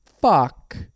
fuck